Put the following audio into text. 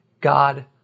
God